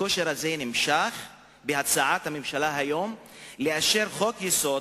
הכושר הזה נמשך בהצעת הממשלה היום לאשר חוק-יסוד